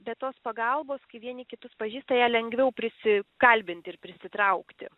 bet tos pagalbos kai vieni kitus pažįsta ją lengviau prisikalbinti ir prisitraukti